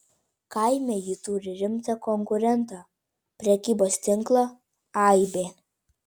kaime ji turi rimtą konkurentą prekybos tinklą aibė